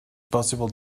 possible